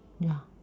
ya